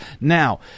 Now